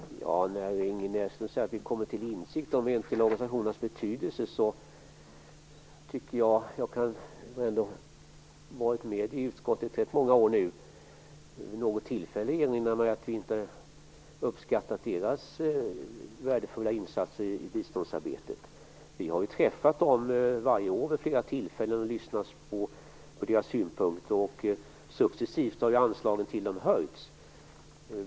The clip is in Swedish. Herr talman! Ingrid Näslund säger att vi socialdemokrater har kommit till insikt om de enskilda organisationernas betydelse. Jag har ändå varit med i utskottet i rätt många år. Jag kan inte erinra mig att vi vid något tillfälle inte uppskattat deras värdefulla insatser i biståndsarbetet. Vi har träffat dem i varje år vid flera tillfällen och lyssnat på deras synpunkter, och successivt har anslagen till dem höjts.